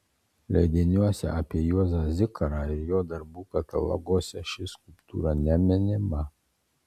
leidiniuose apie juozą zikarą ir jo darbų kataloguose ši skulptūra neminima